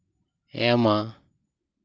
ᱮᱢᱟ